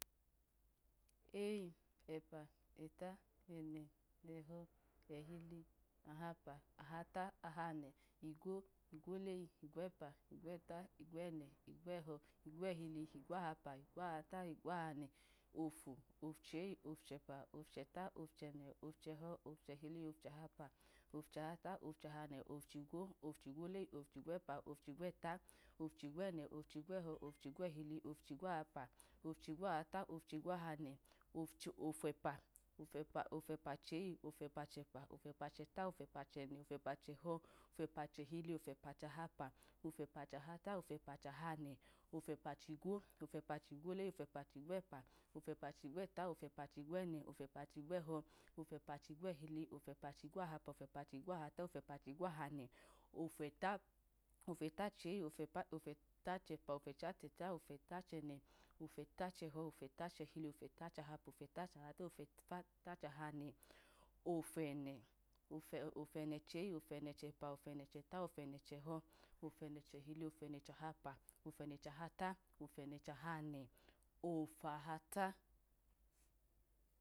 Eyi ẹpa, ẹta ẹnẹ ẹhọ, ẹhili ahapa, ahata, ahanẹ igwo, igwoleyi, igwoẹpa, igwoẹta, igwo ẹne̱, igwo ẹhọ, igwo ẹhili, igwo ahapa, igwoahata, igwo ahanẹ, ofu, ofu cheyim ofu chẹpa, ofu chẹta, ofu chẹnẹ ofu chẹhọ, ofu chẹhili, ofuchahapa, ofu chahata, ocu chahanẹ, ofuchigwo, ofu chgwo leyi, ofuchigwo ẹpa, ofu chigwo eta, ofu chigwo ẹnẹ, ofu chigwo ẹhọ, ofu chigwo ehili, ofu chigwo ahapa, ofu chigwo ahata, ofu chigwo chanẹ, ofuẹpa, ofuẹpa cheyi, ofuẹpa chẹpa, ofuẹpa chẹta, ofuẹpa chẹnẹ, ofuẹpa chẹhọ, ofuẹpa chẹhili, ofuẹpa chahapa, ofuẹpa chahata, ofuẹpa chanae, ofuẹpa chigwo, ofuẹpa chigwo leyi, ofuẹpa chigwo ẹpa, ofuẹpa chigwo ẹta, ofuẹpa chigwo ẹnẹ, ofuẹpa chigwo ẹhọ, ofuẹpa chigwo ẹhili, ofuẹpa chigwo ahapa, ofuẹpa chigwoahata, ofuẹpa chigwo ahanẹ, ofuẹta, ofuẹta cheyi, ofueta chẹpa, ofuẹta chẹta, ofuẹta chẹnẹ, ofuẹta chẹhọ, ofuẹta chẹhili, ofuẹta chahapa, ofuẹta chahata, ofuẹta chahanẹ, ofuẹtachigwo, ofuẹta chigwo leyi ofuẹta chigwo ẹpa, ofuẹta chigwo ẹta, ofuẹta chigwo ẹnẹ, ofuẹta chigwo ẹhọ, ofuẹta chigwo ẹhili, ofuẹta chigwo ahapa, ofuẹta chigwo ahata, ofuẹta chigwo ahanẹ, ofuene, ofuẹnẹ cheyi, ofuẹnẹ chẹpa, ofuẹnẹ chẹta, ofuẹnẹ chẹnẹ, ofuẹnẹ chẹhọ, ofuẹnẹ chẹhili, ofuẹnẹ chahapa, ofuẹnẹ chahapa, ofuẹnẹ chahanẹ, ofuahata.